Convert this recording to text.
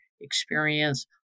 experience